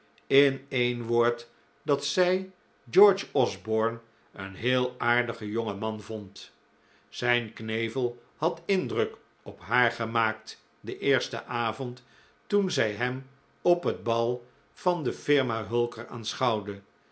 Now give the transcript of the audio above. in een woord dat zij george osborne een heel aardigen jongen man vond zijn knevel had indruk op haar gemaakt den eersten avond toen zij hem op het bal van de firma hulker